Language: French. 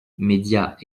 médias